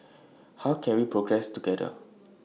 how can we progress together